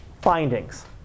findings